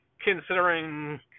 considering